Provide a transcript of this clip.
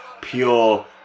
pure